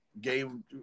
game –